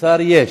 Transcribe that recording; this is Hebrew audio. שר יש.